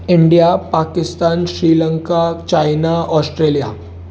India Pakistan Sri Lanka China Australia